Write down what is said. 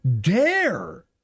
dare